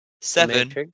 Seven